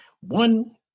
One